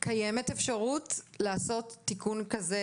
האם קיימת אפשרות לעשות תיקון כזה,